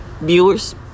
viewers